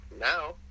Now